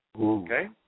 okay